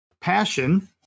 passion